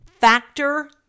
Factor